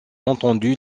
entendu